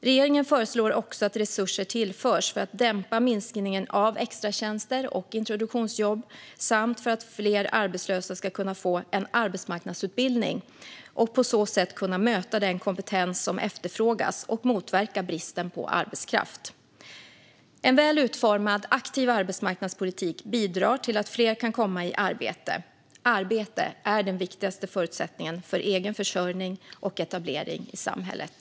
Regeringen föreslår också att resurser tillförs för att dämpa minskningen av extratjänster och introduktionsjobb samt för att fler arbetslösa ska kunna få en arbetsmarknadsutbildning och på så sätt kunna möta den kompetens som efterfrågas och motverka bristen på arbetskraft. En väl utformad aktiv arbetsmarknadspolitik bidrar till att fler kan komma i arbete. Arbete är den viktigaste förutsättningen för egen försörjning och etablering i samhället.